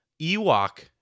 Ewok